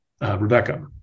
Rebecca